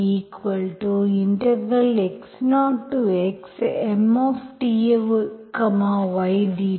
ux yx0xMty dtg